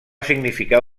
significar